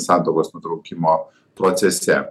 santuokos nutraukimo procese